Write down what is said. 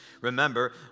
Remember